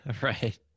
Right